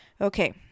Okay